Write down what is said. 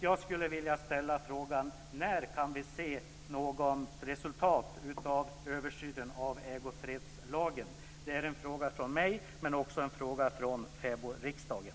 Jag skulle vilja fråga när vi kan se något resultat av översynen av ägofredslagen. Det är en fråga från mig, men också en fråga från fäbodriksdagen.